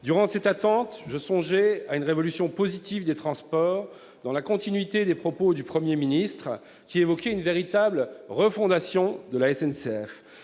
Durant cette attente, je songeais à une révolution positive des transports, dans la continuité des propos du Premier ministre qui évoquait « une véritable refondation de la SNCF